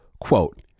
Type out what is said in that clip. Quote